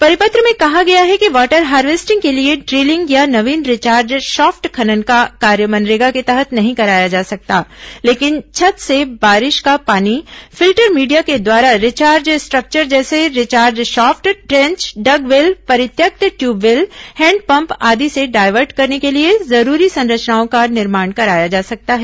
परिपत्र में कहा गया है कि वाटर हार्वेस्टिंग के लिए ड्रिलिंग या नवीन रिचार्ज शॉफ्ट खनन का कार्य मनरेगा के तहत नहीं कराया जा सकता लेकिन छत से बारिश का पानी फिल्टर मीडिया के द्वारा रिचार्ज स्ट्रक्चर जैसे रिचार्ज शॉफ्ट ट्रेंच डगवेल परित्यक्त ट्यूबवेल हैंडपंप आदि में डायवर्ट करने के लिए जरूरी संरचनाओं का निर्माण कराया जा सकता है